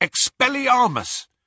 Expelliarmus